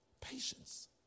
Patience